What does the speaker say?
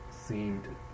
seemed